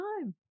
time